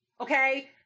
Okay